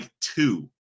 two